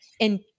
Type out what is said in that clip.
and-